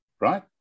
right